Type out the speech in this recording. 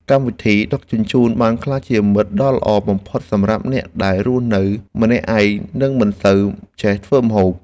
កម្មវិធីដឹកជញ្ជូនបានក្លាយជាមិត្តដ៏ល្អបំផុតសម្រាប់អ្នកដែលរស់នៅម្នាក់ឯងនិងមិនសូវចេះធ្វើម្ហូប។